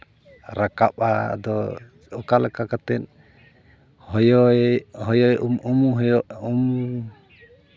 ᱨᱟᱠᱟᱵᱟ ᱟᱫᱚ ᱚᱠᱟ ᱞᱮᱠᱟ ᱠᱟᱛᱮᱫ ᱦᱚᱭᱚ